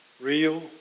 Real